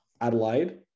Adelaide